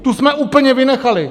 Tu jsme úplně vynechali.